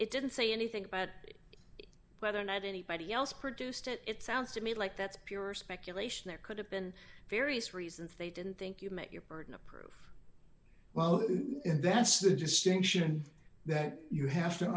it didn't say anything about it whether or not anybody else produced it it sounds to me like that's pure speculation there could have been various reasons they didn't think you met your burden of proof well and that's the distinction that you have to